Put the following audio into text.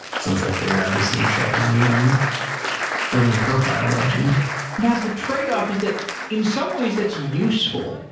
so it's like they're obviously tracking you and building a profile about you now the tradeoff is that in some ways, that's useful.